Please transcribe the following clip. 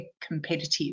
competitive